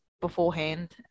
beforehand –